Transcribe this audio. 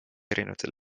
erinevatel